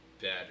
better